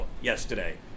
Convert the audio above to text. yesterday